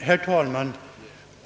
Herr talman!